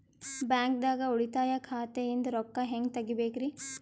ಬ್ಯಾಂಕ್ದಾಗ ಉಳಿತಾಯ ಖಾತೆ ಇಂದ್ ರೊಕ್ಕ ಹೆಂಗ್ ತಗಿಬೇಕ್ರಿ?